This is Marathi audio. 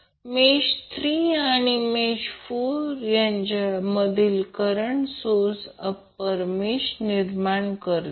मेष 3 आणि 4 आता त्यांच्यामधील करंट सोर्सामुळे अप्पर मेष निर्माण करतील